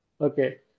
Okay